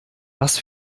was